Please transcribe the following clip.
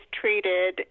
treated